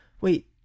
Wait